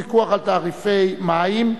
פיקוח על תעריפי מים).